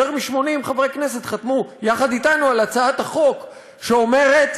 יותר מ-80 חברי כנסת חתמו יחד אתנו על הצעת החוק שאומרת